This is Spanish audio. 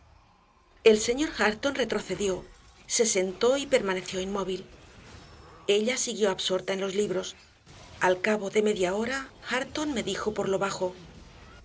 el señor hareton retrocedió se sentó y permaneció inmóvil ella siguió absorta en los libros al cabo de media hora hareton me dijo por lo bajo